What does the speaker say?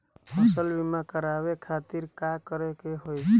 फसल बीमा करवाए खातिर का करे के होई?